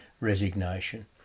resignation